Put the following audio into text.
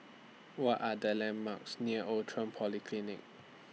What Are The landmarks near Outram Polyclinic